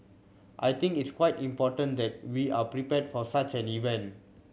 I think it's quite important that we are prepared for such an event